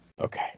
Okay